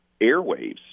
airwaves